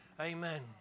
Amen